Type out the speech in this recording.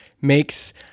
makes